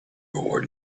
your